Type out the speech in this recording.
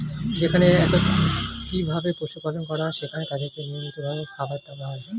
যেখানে একত্রিত ভাবে পশু পালন করা হয়, সেখানে তাদেরকে নিয়মিত ভাবে খাবার দেওয়া হয়